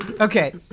Okay